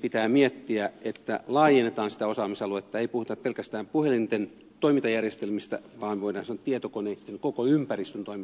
pitää miettiä että laajennetaan sitä osaamisaluetta ei puhuta pelkästään puhelinten toimintajärjestelmistä vaan voidaan sanoa tietokoneitten koko ympäristön toimintajärjestelmistä